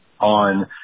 on